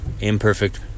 imperfect